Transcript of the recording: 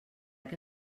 què